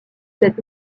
cette